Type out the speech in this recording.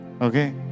Okay